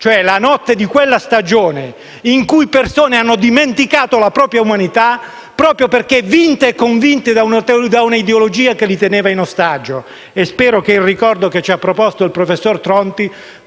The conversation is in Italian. cioè la notte di una stagione in cui delle persone hanno dimenticato la propria umanità, proprio perché vinte e convinte da un'ideologia che li teneva in ostaggio. Spero che il ricordo che ci ha proposto il professor Tronti